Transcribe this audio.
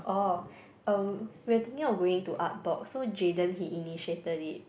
oh um we are thinking of going to Artbox so Jayden he initiated it